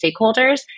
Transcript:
stakeholders